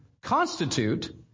constitute